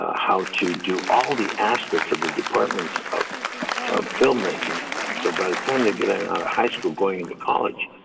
ah how to do all the aspects of the departments of filmmaking so by the time they get out of high school going into college,